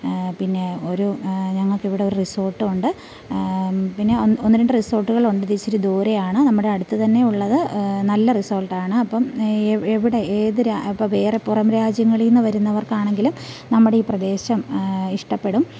പിന്നെ ഒരു ഞങ്ങൾക്കിവിടൊരു റിസോട്ടൊണ്ട് പിന്നെ ഒന്ന് രണ്ട് റിസോട്ട്കളുണ്ട് അതിച്ചിരി ദൂരെയാണ് നമ്മുടെ അടുത്ത് തന്നെ ഉള്ളത് നല്ല റിസോർട്ടാണ് അപ്പം എവിടെ ഏത് രാ ഇപ്പം വേറെ പുറം രാജ്യങ്ങളീന്ന് വരുന്നവർക്കാണെങ്കിലും നമ്മുടെയീ പ്രദേശം ഇഷ്ടപ്പെടും